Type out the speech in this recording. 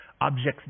objects